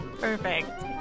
Perfect